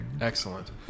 Excellent